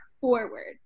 forward